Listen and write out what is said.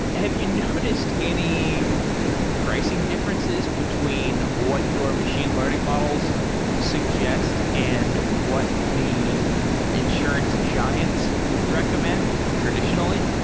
have you noticed any pricing differences between what your machine learning models suggest and what the insurance giants recommend traditionally?